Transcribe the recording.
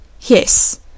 Yes